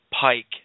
pike